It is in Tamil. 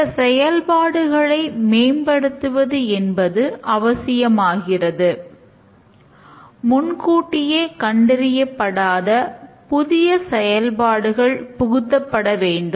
சில செயல்பாடுகளை மேம்படுத்துவது என்பது அவசியமாகிறது முன்கூட்டியே கண்டறியப்படாத புதிய செயல்பாடுகள் புகுத்தப்பட வேண்டும்